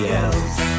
else